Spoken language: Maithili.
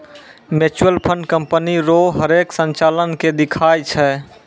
म्यूचुअल फंड कंपनी रो हरेक संचालन के दिखाय छै